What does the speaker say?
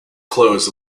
close